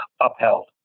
upheld